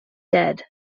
dead